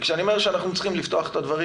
כשאני אומר שאנחנו צריכים לפתוח את הדברים